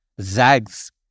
zags